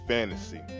Fantasy